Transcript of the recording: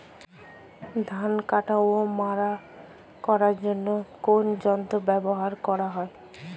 ধান কাটা ও মাড়াই করার জন্য কোন যন্ত্র ব্যবহার করা হয়?